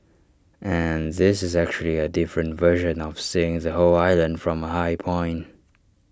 and this is actually A different version of seeing the whole island from A high point